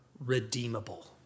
redeemable